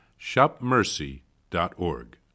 shopmercy.org